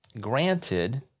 Granted